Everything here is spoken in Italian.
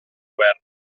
guerra